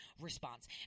response